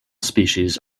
species